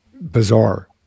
bizarre